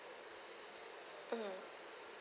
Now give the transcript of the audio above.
mm